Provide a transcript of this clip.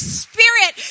spirit